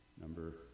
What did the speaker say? number